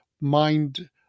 mind